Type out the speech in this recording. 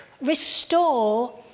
restore